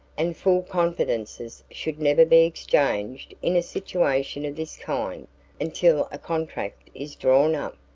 and full confidences should never be exchanged in a situation of this kind until a contract is drawn up,